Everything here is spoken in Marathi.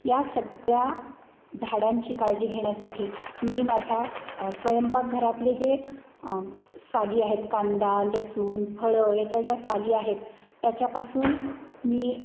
या सगळ्या झाडांची काळजी घेण्यासाठी मी माझा स्वयंपाकघरातले जे साली आहेत कांदा लसूण फळं याच्या ज्या साली आहेत त्याच्यापासून मी